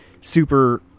super